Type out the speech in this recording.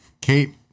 Kate